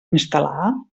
instal·lar